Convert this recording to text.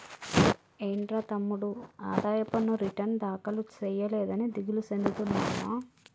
ఏంట్రా తమ్ముడు ఆదాయ పన్ను రిటర్న్ దాఖలు సేయలేదని దిగులు సెందుతున్నావా